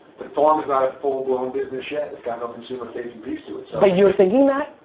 the farm is not a full blown business yet. it's got no consumer-facing piece to it, so. but you're thinking that?